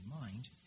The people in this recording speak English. mind